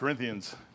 Corinthians